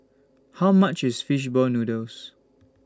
How much IS Fish Ball Noodles